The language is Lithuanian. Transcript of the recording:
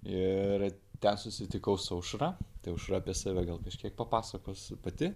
ir ten susitikau su aušra tai aušra apie save gal kažkiek papasakos pati